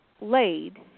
laid